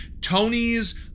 Tony's